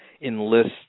enlist